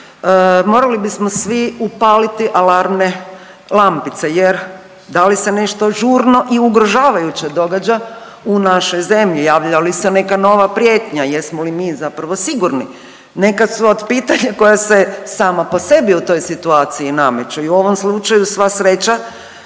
morali bismo svi upaliti alarmne lampice jer, da li se nešto žurno i ugrožavajuće događa u našoj zemlji? Javlja li se neka nova prijetnja? Jesmo li mi zapravo sigurni, neka su od pitanja koja se, sama po sebi u toj situaciji nameću i u ovom slučaju, sva sreća,